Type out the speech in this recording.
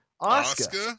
Oscar